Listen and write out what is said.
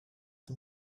του